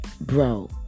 bro